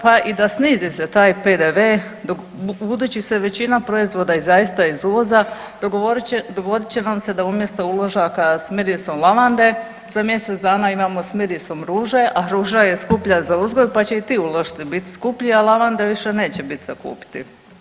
Pa i da snizi se taj PDV-e budući se većina proizvoda je zaista iz uvoza dogodit će vam se da umjesto uložaka sa mirisom lavande za mjesec dana imamo s mirisom ruže, a ruža je skuplja za uzgoj pa će i ti ulošci biti skuplji, a lavande više neće biti za kupiti.